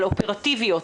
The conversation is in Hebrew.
אבל אופרטיביות,